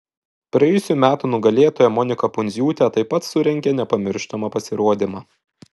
praėjusių metų nugalėtoja monika pundziūtė taip pat surengė nepamirštamą pasirodymą